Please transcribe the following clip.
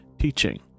teaching